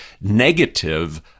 negative